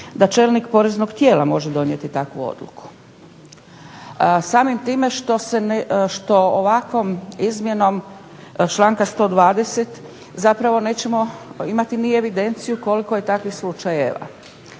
da čelnik poreznog tijela može donijeti takvu odluku. Samim time što ovakvom izmjenom članka 120. zapravo nećemo imati ni evidenciju koliko je takvih slučajeva.